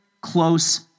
close